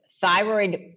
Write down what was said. thyroid